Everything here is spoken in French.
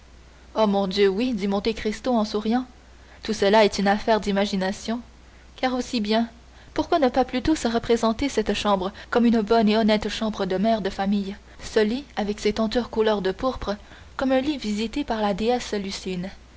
oh mon dieu oui dit monte cristo en souriant et tout cela est une affaire d'imagination car aussi bien pourquoi ne pas plutôt se représenter cette chambre comme une bonne et honnête chambre de mère de famille ce lit avec ses tentures couleur de pourpre comme un lit visité par la déesse lucine